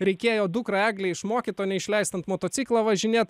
reikėjo dukrą eglę išmokyt o ne išleist ant motociklo važinėt